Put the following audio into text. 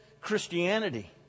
Christianity